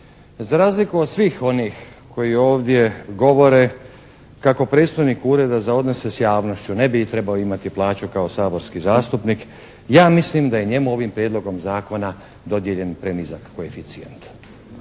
Za razliku od svih onih koji ovdje govore kako predstojnik Ureda za odnose s javnošću ne bi trebao imati plaću kao saborski zastupnik ja mislim da je njemu ovim prijedlogom zakona dodijeljen prenizak koeficijent.